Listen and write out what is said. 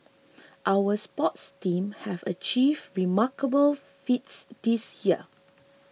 our sports teams have achieved remarkable feats this year